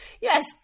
yes